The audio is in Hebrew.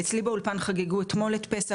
אצלי באולפן חגגו אתמול את פסח,